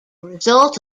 result